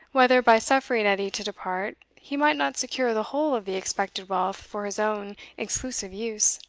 whether, by suffering edie to depart, he might not secure the whole of the expected wealth for his own exclusive use.